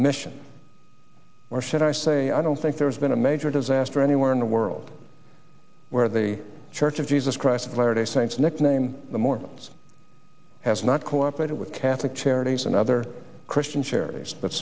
mission or should i say i don't think there's been a major disaster anywhere in the world where the church of jesus christ of latter day saints nicknamed the mormons has not cooperated with catholic charities and other christian